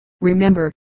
Remember